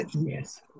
yes